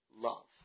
Love